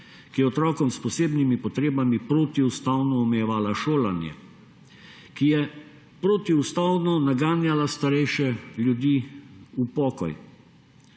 ki je otrokom s posebnimi potrebami protiustavno omejevala šolanje, ki je protiustavno naganjala starejše ljudi v pokoj